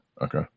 Okay